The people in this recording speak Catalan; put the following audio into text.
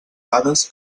dades